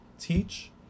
teach